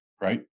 right